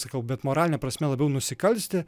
sakau bet moraline prasme labiau nusikalsti